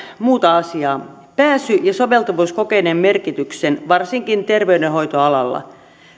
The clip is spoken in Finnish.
muuta asiaa pääsy ja soveltuvuuskokeiden merkitys varsinkin terveydenhoitoalalla